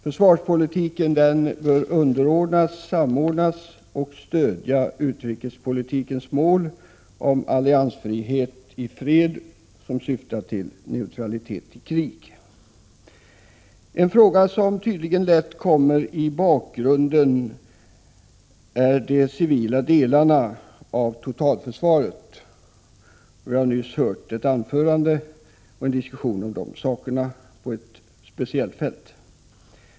Försvarspolitiken bör underordnas, samordnas och stödja utrikespolitikens mål om alliansfrihet i fred som syftar till neutralitet i krig. En fråga som tydligen lätt kommer i bakgrunden är de civila delarna av totalförsvaret. Vi har nyss hört en diskussion om de frågorna på ett speciellt fält.